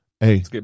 Hey